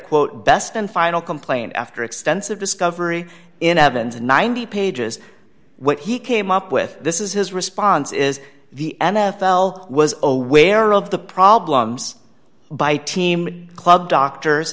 quote best and final complaint after extensive discovery in evans ninety pages what he came up with this is his response is the n f l was aware of the problems by team club doctors